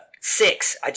Six